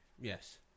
Yes